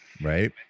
Right